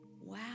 Wow